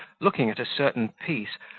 looking at a certain piece,